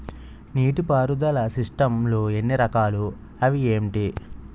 నీటిపారుదల సిస్టమ్ లు ఎన్ని రకాలు? అవి ఏంటి?